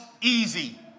easy